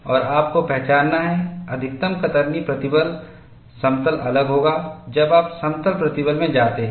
और आपको पहचानना हैं अधिकतम कतरनी प्रतिबल समतल अलग होगा जब आप समतल प्रतिबल में जाते हैं